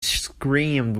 screamed